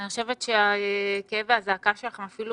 אני חושבת שהכאב והזעקה שלכם אפילו